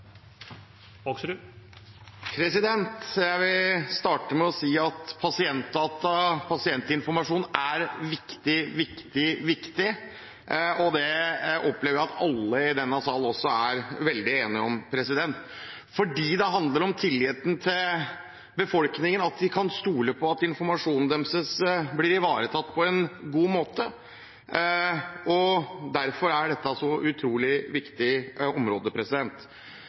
Jeg vil starte med å si at pasientdata og pasientinformasjon er viktig, og det opplever jeg at alle i denne salen er veldig enige om. Det handler om at befolkningen kan stole på at informasjonen om dem blir ivaretatt på en god måte, derfor er dette et så utrolig viktig område.